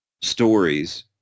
stories